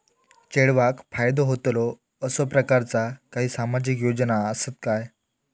चेडवाक फायदो होतलो असो प्रकारचा काही सामाजिक योजना असात काय?